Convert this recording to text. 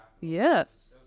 Yes